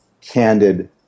candid